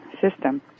system